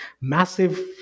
massive